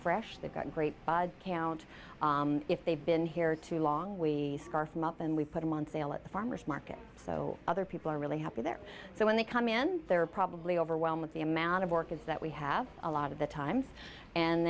fresh they've got great count if they've been here too long we scarf him up and we put them on sale at the farmer's market so other people are really happy there so when they come in they're probably overwhelmed with the amount of work is that we have a lot of the time and